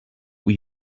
were